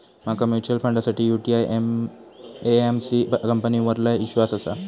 माका म्यूचुअल फंडासाठी UTI AMC कंपनीवर लय ईश्वास आसा